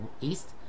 east